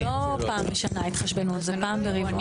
הרי זה לא פעם בשנה ההתחשבנות, זה פעם ברבעון.